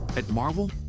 at marvel,